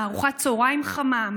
מארוחת צוהריים חמה,